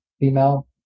female